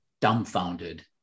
dumbfounded